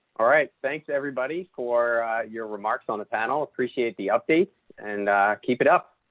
alright thanks everybody for your remarks on the panel appreciate the update and keep it up.